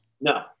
No